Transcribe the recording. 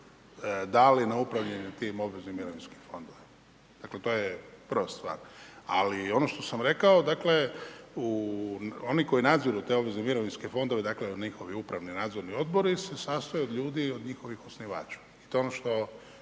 dali na upravljanje tih mobilnih mirovinskih fondovima. To je prva stvar, ali ovo to sam rekao, dakle, u oni koji nadzire te obveze mirovinske fondove, dakle, njihovi upravno nadzorni odbori se sastoji od ljudi i njihovih osnivača. To je ono što